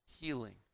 Healing